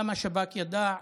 גם השב"כ ידע,